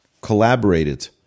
collaborated